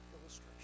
illustration